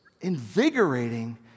invigorating